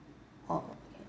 oh okay